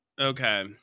Okay